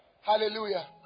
Hallelujah